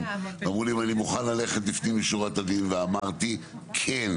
אמרו לי אם אני מוכן ללכת לפנים משורת הדין ואמרתי כן.